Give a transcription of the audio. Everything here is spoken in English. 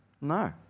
No